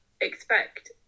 expect